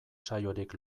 saiorik